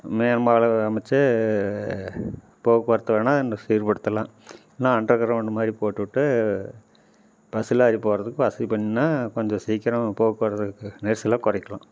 மேம்பாலம் அமைச்சு போக்குவரத்து வேணா சீர்படுத்தலாம் இல்லைனா அண்டர்கிரௌண்ட்மாதிரி போட்டு விட்டு பஸ்ஸில் ஏறி போகறதுக்கு வசதி பண்ணா கொஞ்சம் சீக்கிரம் போக்குவரத்துக்கு நெரிசலை குறைக்கலாம்